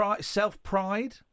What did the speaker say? self-pride